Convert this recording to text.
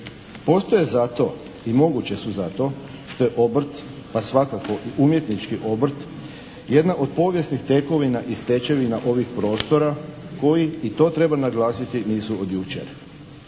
Postoje zato i moguće su zato što je obrt pa svakako i umjetnički obrt, jedna od povijesnih tekovina i stečevina ovih prostora koji i to treba naglasiti, nisu od jučer.